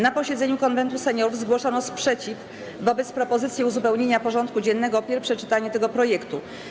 Na posiedzeniu Konwentu Seniorów zgłoszono sprzeciw wobec propozycji uzupełnienia porządku dziennego o pierwsze czytanie tego projektu.